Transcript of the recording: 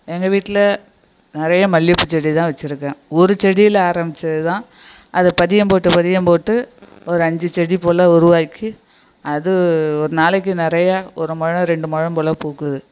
எங்கள் வீட்டில் நிறைய மல்லியப்பூ செடி தான் வச்சுருக்கேன் ஒரு செடியில ஆரம்பிச்சது தான் அதை பதியம் போட்டு பதியம் போட்டு ஒரு அஞ்சு செடிப்போல் உருவாக்கி அது ஒரு நாளைக்கு நிறையா ஒரு முழம் ரெண்டு முழம் போல் பூக்குது